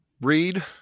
read